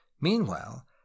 Meanwhile